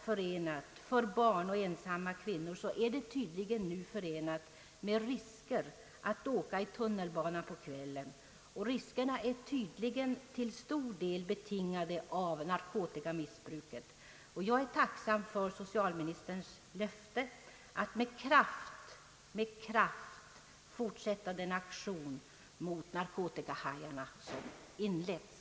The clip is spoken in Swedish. För barn och ensamma kvinnor är det tydligen nu förenat med risker att åka i tunnelbanan på kvällarna, och dessa risker är till stor del betingade av narkotikamissbruket. Jag är tacksam för socialministerns löfte att med kraft fortsätta den aktion mot narkotikahajarna som har inletts.